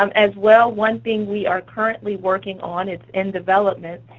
um as well, one thing we are currently working on, it's in development,